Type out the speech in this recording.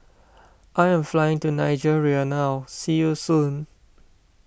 I am flying to Nigeria now see you soon